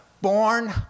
born